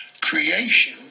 creation